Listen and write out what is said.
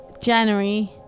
January